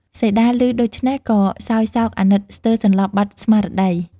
សីតាឮដូច្នេះ ក៏សោយសោកអាណិតស្ទើរសន្លប់បាត់ស្មារតី។